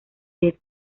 the